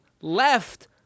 left